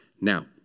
Now